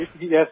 Yes